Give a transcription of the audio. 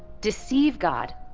deceive god,